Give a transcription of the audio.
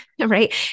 Right